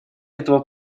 этого